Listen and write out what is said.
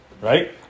Right